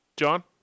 John